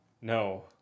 no